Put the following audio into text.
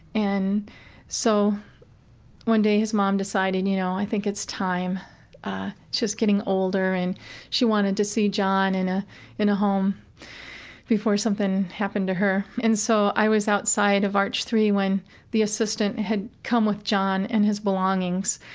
so one day his mom decided, you know, i think it's time she was getting older, and she wanted to see john in ah in a home before something happened to her. and so i was outside of arch three when the assistant had come with john and his belongings.